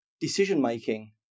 decision-making